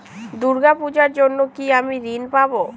দূর্গা পূজার জন্য কি আমি ঋণ পাবো?